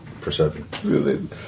perception